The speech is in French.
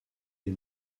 des